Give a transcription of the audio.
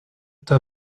être